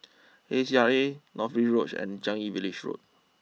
A C R A North Bridge Road and Changi Village Road